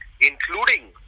including